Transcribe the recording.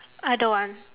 I don't want